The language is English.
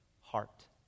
heart